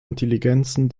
intelligenzen